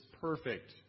perfect